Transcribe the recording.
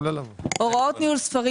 אני אומרת שהוראות ניהול ספרים